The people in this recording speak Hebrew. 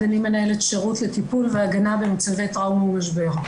אני מנהלת שירות לטיפול והגנה במצבי טראומה ומשבר.